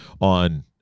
on